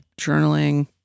journaling